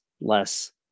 less